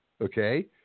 Okay